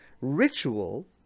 ritual